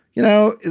you know,